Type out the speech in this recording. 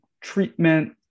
treatment